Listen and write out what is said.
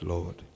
Lord